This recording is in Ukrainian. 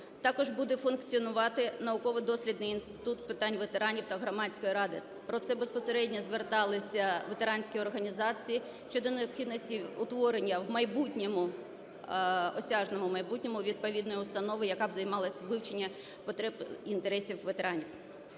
Також буде функціонувати науково-дослідний інститут з питань ветеранів та Громадської ради. Про це безпосередньо зверталися ветеранські організації щодо необхідності утворення в майбутньому, осяжному майбутньому, відповідної установи, яка б займалась вивченням потреб і інтересів ветеранів.